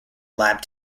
lab